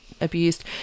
abused